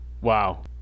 wow